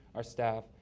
our staff,